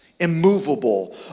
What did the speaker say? immovable